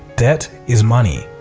debt is money.